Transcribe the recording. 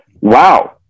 Wow